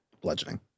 Bludgeoning